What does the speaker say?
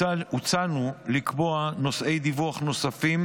הצענו לקבוע נושאי דיווח נוספים,